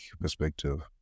perspective